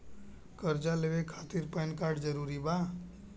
कर्जा लेवे खातिर पैन कार्ड जरूरी बा?